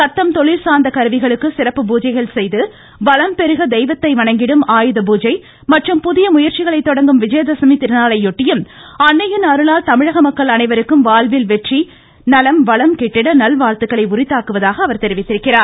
தத்தம் தொழில்சார்ந்த கருவிகளுக்கு சிறப்பு பூஜைகள் செய்து வளம் பெருக தெய்வத்தை வணங்கிடும் ஆயுதபூஜை மற்றும் புதிய முயற்சிகளை தொடங்கும் அன்னையின் அருளால் விஐயதசமி திருநாளையொட்டியும் தமிழக மக்கள் அனைவருக்கும் வாழ்வில் வெற்றி வளம் கிட்டிட நலம் நல்வாழ்த்துக்களை உரித்தாக்குவதாக தெரிவித்துள்ளார்